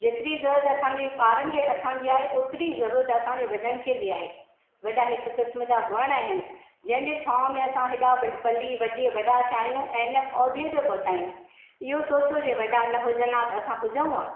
जेतिरी ज़रूरत असांखे ॿारनि खे असांजी आहे ओतिरी ज़रूरत असांजे वॾनि खे बि आहे वॾा हिकु क़िस्म जा वण हिन जंहिंजे छांव में असां हेॾा व पली वधी वॾा थिया आहियूं ऐं हिन उहिदे ते पहुता आहियूं इहो सोचियो जे वॾा न हुजनि हां त असां हुजऊं आ